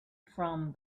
from